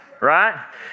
Right